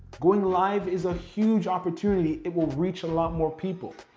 going live is a huge opportunity, it will reach a lot more people,